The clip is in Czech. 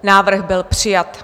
Návrh byl přijat.